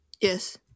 yes